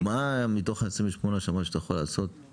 מה מתוך ה-28 מטר שאתה אומר שאתה יכול לעשות,